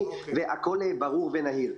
והכל ברור ונהיר.